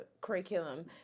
curriculum